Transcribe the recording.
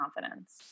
confidence